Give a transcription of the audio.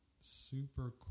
super